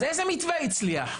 אז איזה מתווה הצליח?